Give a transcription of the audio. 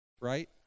Right